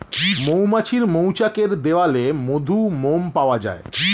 মৌমাছির মৌচাকের দেয়ালে মধু, মোম পাওয়া যায়